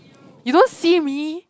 you don't see me